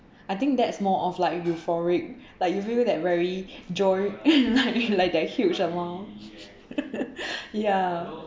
I think that's more of like euphoric like you feel that very joy like that huge amount ya